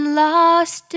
lost